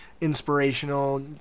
inspirational